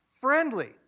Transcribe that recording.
friendly